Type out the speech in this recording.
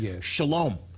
Shalom